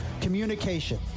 Communication